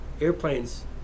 airplanes